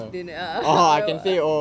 dinner ah